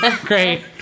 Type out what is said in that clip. great